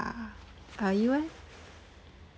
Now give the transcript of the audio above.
uh you eh